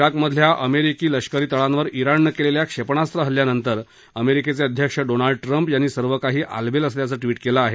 जिकमधल्या अमेरिकी लष्करी तळांवर जिणनं केलेल्या क्षेपणास्त्र हल्ल्यानंतर अमेरिकेचे अध्यक्ष डोनाल्ड ट्रम्प यांनी सर्व काही आलबेल असल्याचं ट्विट केलं आहे